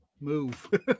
move